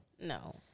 No